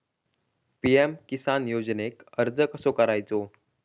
PM Kisan योजनेक अर्ज कसो करायचो?